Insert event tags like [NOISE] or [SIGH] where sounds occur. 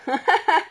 [LAUGHS]